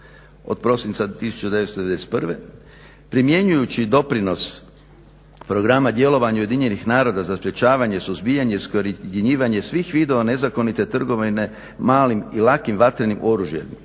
od prosinca 1991. primjenjujući doprinos programa djelovanja UN-a za sprečavanje, suzbijanje i iskorjenjivanje svih vidova nezakonite trgovine malim i lakim vatrenim oružjem